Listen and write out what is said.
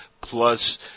plus